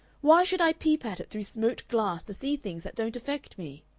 why should i peep at it through smoked glass to see things that don't affect me?